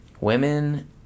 women